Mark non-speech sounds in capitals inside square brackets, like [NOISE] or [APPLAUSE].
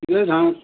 ঠিক আছে [UNINTELLIGIBLE]